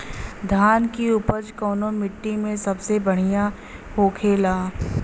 धान की उपज कवने मिट्टी में सबसे बढ़ियां होखेला?